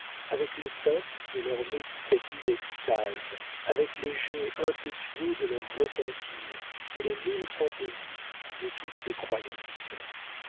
avec les teintes de leurs méditatives extases avec les jets impétueux de leurs repentirs et les mille fantaisies de toutes les croyances